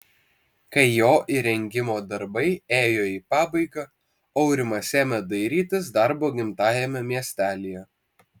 kai jo įrengimo darbai ėjo į pabaigą aurimas ėmė dairytis darbo gimtajame miestelyje